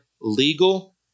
legal